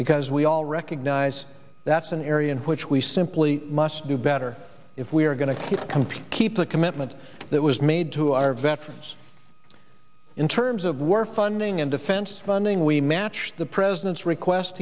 because we all recognize that's an area in which we simply must do better if we are going to compete keep the commitment that was made to our veterans in terms of war funding and defense funding we matched the president's request